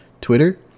Twitter